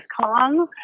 Kong